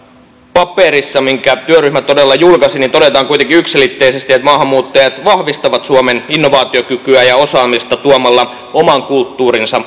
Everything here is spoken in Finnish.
paperissa minkä työryhmä todella julkaisi todetaan yksiselitteisesti että maahanmuuttajat vahvistavat suomen innovaatiokykyä ja osaamista tuomalla oman kulttuurinsa